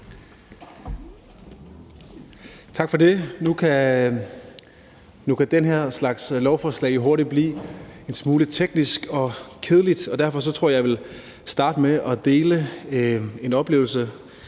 Tak for det. Nu kan den her slags lovforslag jo hurtigt blive en smule tekniske og kedelige, og derfor tror jeg, jeg vil starte med at dele en oplevelse